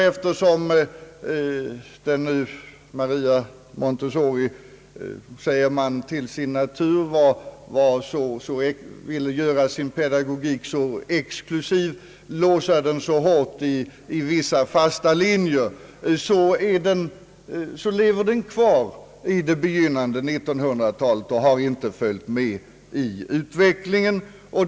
Eftersom nu Maria Montessori, säger man, till sin natur var så och så, ville göra sin pedagogik så exklusiv och låsa den så hårt i vissa fasta linjer, lever den kvar i det begynnande 1900-talet — den har inte följt med i utvecklingen.